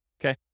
Okay